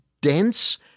dense